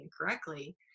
incorrectly